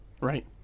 right